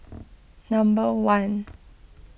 number one